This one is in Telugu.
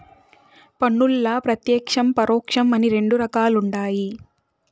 పన్నుల్ల ప్రత్యేక్షం, పరోక్షం అని రెండు రకాలుండాయి